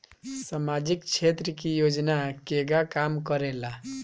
सामाजिक क्षेत्र की योजनाएं केगा काम करेले?